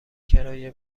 کرایه